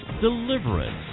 deliverance